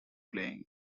playing